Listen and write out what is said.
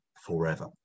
forever